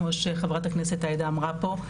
כמו שחה"כ עאידה אמרה פה,